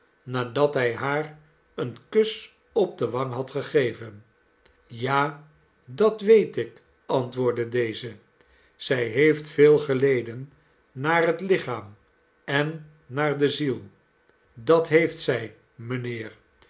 nadat hij haar een kus op de wang had gegeven ja dat weet ik antwoordde deze zij heeft veel geleden naar het lichaam en naardeziel dat heeft zij mijnheer